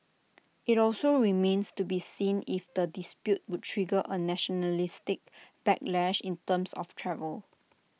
IT also remains to be seen if the dispute would trigger A nationalistic backlash in terms of travel